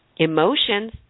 Emotions